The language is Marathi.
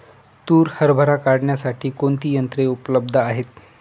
तूर हरभरा काढण्यासाठी कोणती यंत्रे उपलब्ध आहेत?